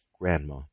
grandma